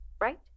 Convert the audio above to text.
right